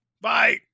Bye